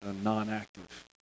non-active